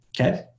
okay